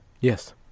Yes